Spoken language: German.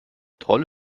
trolle